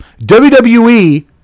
WWE